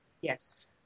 Yes